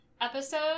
episode